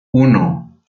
uno